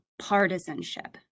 partisanship